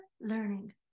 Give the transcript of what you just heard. learning